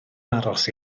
aros